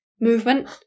movement